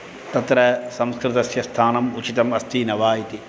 तत्र संस्कृतस्य स्थानम् उचितम् अस्ति न वा इति